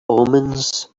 omens